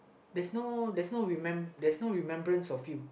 there's no there's no there's remembrance of you